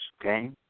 okay